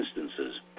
instances